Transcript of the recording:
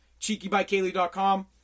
Cheekybykaylee.com